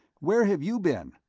where have you been?